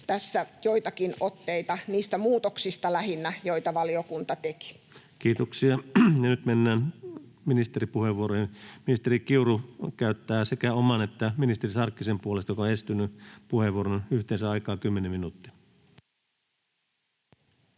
Tässä joitakin otteita lähinnä niistä muutoksista, joita valiokunta teki. Kiitoksia. — Ja nyt mennään ministeripuheenvuoroihin. Ministeri Kiuru käyttää puheenvuoron sekä omasta että ministeri Sarkkisen puolesta, joka on estynyt. Yhteensä aikaa 10 minuuttia.